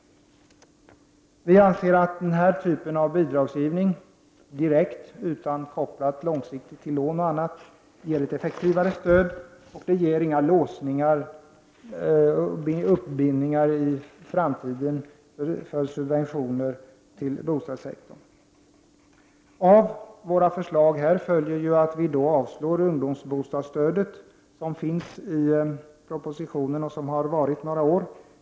Vi anser att denna typ av bidragsgivning — direkt utan långsiktig koppling till lån och annat — ger ett effektivare stöd. Det ger heller inga låsningar och uppbindningar inför framtiden för subventioner på bostadssektorn. Av våra förslag här följer att vi avstyrker ungdomsbostadsstödet som finns med i propositionen och som har funnits några år.